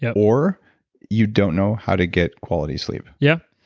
yeah or you don't know how to get quality sleep yeah.